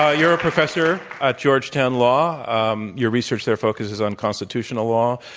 ah you're a professor at georgetown law. um your research there focuses on constitutional law,